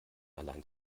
allein